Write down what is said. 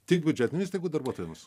tik biudžetinių įstaigų darbuotojams